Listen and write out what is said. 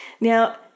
Now